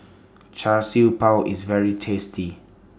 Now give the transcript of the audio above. Char Siew Bao IS very tasty